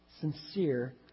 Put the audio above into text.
sincere